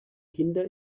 kinder